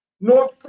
North